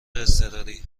اضطراری